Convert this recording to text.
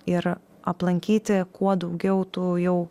ir aplankyti kuo daugiau tų jau